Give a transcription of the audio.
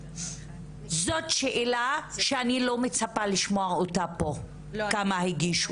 זאת שאלה שאני לא מצפה לשמוע אותה פה כמה הגישו.